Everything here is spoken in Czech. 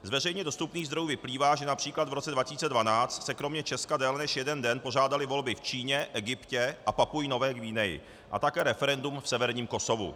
Z veřejně dostupných zdrojů vyplývá, že například v roce 2012 se kromě Česka déle než jeden den pořádaly volby v Číně, v Egyptě a Papui Nové Guineji a také referendum v severním Kosovu.